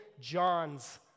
John's